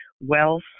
wealth